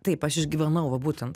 taip aš išgyvenau va būtent